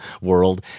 world